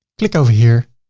click over here,